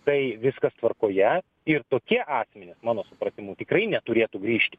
tai viskas tvarkoje ir tokie asmenys mano supratimu tikrai neturėtų grįžti